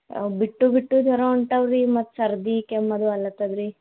ಅವು ಬಿಟ್ಟು ಬಿಟ್ಟು ಜ್ವರ ಹೊಂಟಾವ್ ರೀ ಮತ್ತು ಸರ್ದಿ ಕೆಮ್ಮು ಅದು ಆಗ್ಲತದ್ ರೀ